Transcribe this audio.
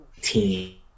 team